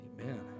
Amen